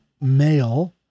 male